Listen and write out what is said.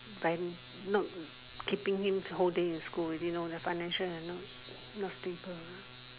by not keeping him whole day in school already know the financial you know not stable ah